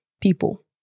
people